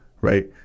right